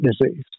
disease